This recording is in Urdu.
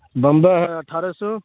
بمبے ہے اٹھارہ سو